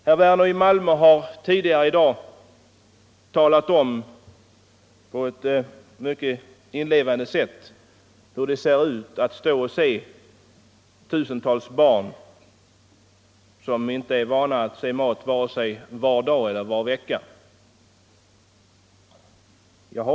Herr Werner i Malmö har tidigare i dag på ett mycket inlevelsefullt sätt talat om hur det är att se tusentals barn, som inte är vana att få mat vare sig varje dag eller varje vecka.